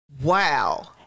Wow